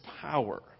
power